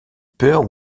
peur